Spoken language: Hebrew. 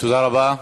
תודה רבה.